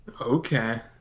Okay